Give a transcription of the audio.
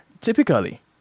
Typically